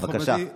בבקשה.